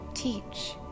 teach